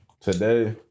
Today